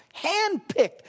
handpicked